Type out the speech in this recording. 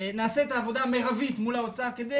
נעשה את העבודה המרבית מול האוצר כדי